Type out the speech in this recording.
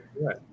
Right